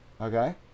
Okay